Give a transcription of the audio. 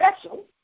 special